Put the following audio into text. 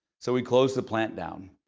so we closed the plant down,